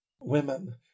women